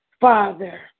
Father